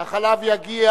אין בעיה,